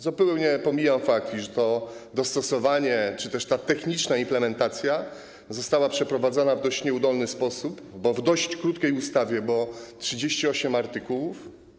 Zupełnie pomijam fakt, iż to dostosowanie czy też ta techniczna implementacja została przeprowadzona w dość nieudolny sposób, bo w dość krótkiej ustawie, która ma 38 artykułów.